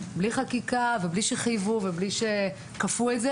בלי חקיקה ובלי שחייבו ובלי שכפו את זה,